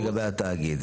זה לגבי התאגיד.